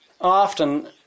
often